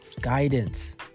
guidance